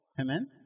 Amen